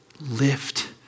Lift